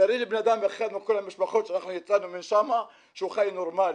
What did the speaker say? תראו לי בן אחד אחד מכל המשפחות שיצאנו שם שהיו חי נורמלי,